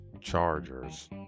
Chargers